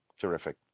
terrific